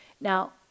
Now